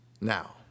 now